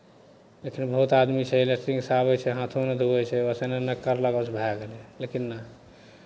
लेकिन बहुत आदमी छै लेट्रिंगसँ आबै छै हाथो नहि धोवै छै बस एना एना करलक बस भए गेलै लेकिन नहि